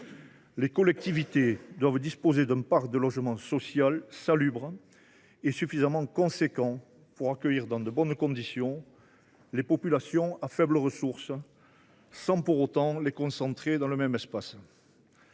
Les collectivités doivent disposer d’un parc de logements sociaux salubres et en nombre suffisamment important pour accueillir dans de bonnes conditions les populations à faibles ressources, sans pour autant les concentrer dans un même espace.